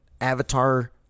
avatar